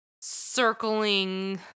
circling